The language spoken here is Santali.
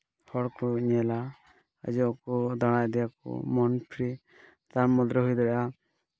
ᱦᱚᱲᱠᱚ ᱧᱮᱞᱟ ᱦᱤᱡᱩᱜᱼᱟᱠᱚ ᱫᱟᱬᱟ ᱤᱫᱤᱭᱟᱠᱚ ᱢᱚᱱ ᱯᱷᱨᱤ ᱛᱟᱨ ᱢᱚᱫᱽᱫᱷᱮ ᱨᱮ ᱦᱩᱭ ᱫᱟᱲᱮᱭᱟᱜᱼᱟ